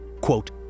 quote